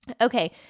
Okay